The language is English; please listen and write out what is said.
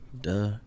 duh